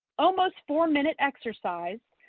almost four minute exercise,